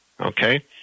okay